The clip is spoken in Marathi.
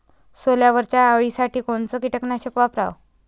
सोल्यावरच्या अळीसाठी कोनतं कीटकनाशक वापराव?